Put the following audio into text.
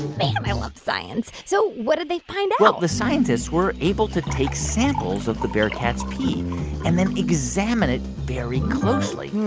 man, i love science. so what did they find out? well, the scientists were able to take samples of the bearcats' pee and then examine it very closely.